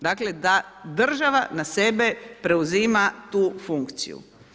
Dakle, da država na sebe preuzima tu funkciju.